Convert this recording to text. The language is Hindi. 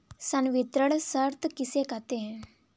संवितरण शर्त किसे कहते हैं?